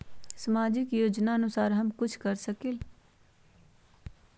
सामाजिक योजनानुसार हम कुछ कर सकील?